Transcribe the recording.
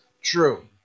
True